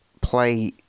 play